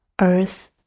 earth